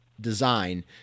design